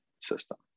system